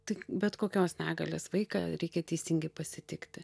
tai bet kokios negalės vaiką reikia teisingai pasitikti